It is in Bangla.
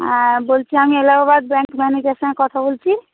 হ্যাঁ বলছি আমি এলাহাবাদ ব্যাংক ম্যানেজার সঙ্গে কথা বলছি